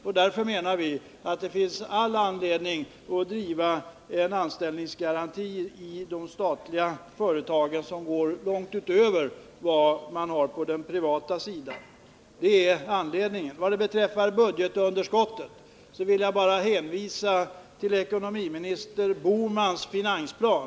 Vi menar därför att det finns all anledning att driva frågan om en anställningsgaranti i de statliga företagen som går långt utöver det som gäller för den privata sidan. Vad beträffar budgetunderskottet vill jag hänvisa till ekonomiminister Bohmans finansplan.